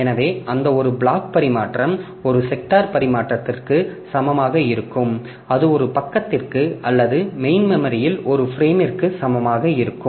எனவே அந்த ஒரு பிளாக் பரிமாற்றம் ஒரு செக்டார் பரிமாற்றத்திற்கு சமமாக இருக்கும் அது ஒரு பக்கத்திற்கு அல்லது மெயின் மெமரியில் ஒரு பிரேமிற்கு சமமாக இருக்கும்